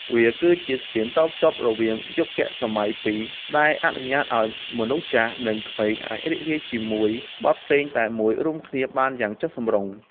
វាគឺជាស្ពានតភ្ជាប់រវាងយុគសម័យពីរ ដែលអនុញ្ញាតឱ្យមនុស្សចាស់ និងក្មេងអាចរីករាយជាមួយបទភ្លេងតែមួយរួមគ្នាបានយ៉ាងចុះសម្រុង។